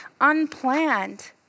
unplanned